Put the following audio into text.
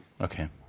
Okay